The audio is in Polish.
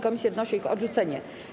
Komisja wnosi o ich odrzucenie.